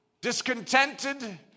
discontented